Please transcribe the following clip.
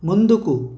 ముందుకు